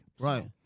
Right